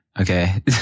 Okay